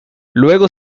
luego